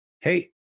hey